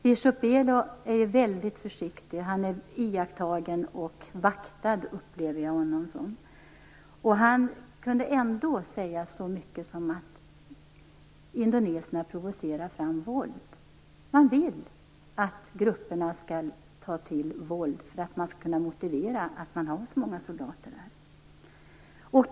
Biskop Belo är väldigt försiktig. Han är iakttagen och vaktad, upplever jag det som. Han kunde ändå säga så mycket som att indoneserna provocerar fram våld. De vill att grupperna skall ta till våld, för att kunna motivera att det finns så många soldater där.